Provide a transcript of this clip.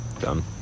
Done